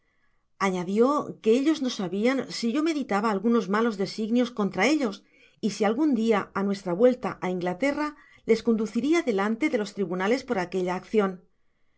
añadió que ellos no sabian si yo meditaba algunos malos designios contra ellos y si algun di á nuestra vuelta á inglaterra les conduciria delante de los tribunales por aquella accion